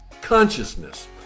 consciousness